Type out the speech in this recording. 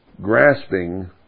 grasping